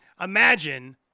imagine